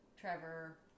Trevor